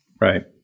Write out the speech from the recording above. Right